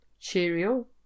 cheerio